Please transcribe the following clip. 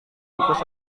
tikus